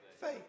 faith